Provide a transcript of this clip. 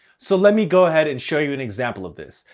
so let me go ahead and show you an example of this.